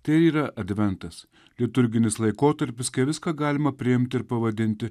tai ir yra adventas liturginis laikotarpis kai viską galima priimti ir pavadinti